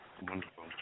Wonderful